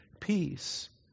peace